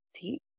See